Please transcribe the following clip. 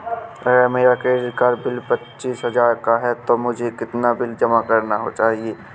अगर मेरा credit card bill पच्चीस हजार का है तो मुझे कितना बिल जमा करना चाहिए?